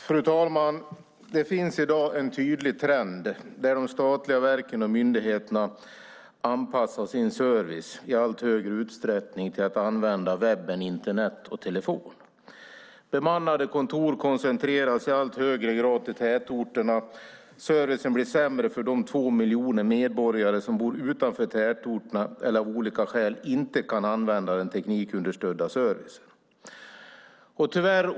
Fru talman! Det finns i dag en tydlig trend där de statliga verken och myndigheterna anpassar sin service i allt större utsträckning till att använda webben, Internet och telefon. Bemannade kontor koncentreras i allt högre grad till tätorterna. Servicen blir sämre för de två miljoner medborgare som bor utanför tätorterna eller som av olika skäl inte kan använda den teknikunderstödda servicen.